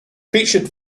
featured